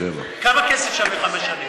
67. כמה כסף שוות חמש שנים?